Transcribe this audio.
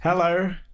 Hello